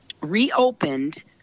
reopened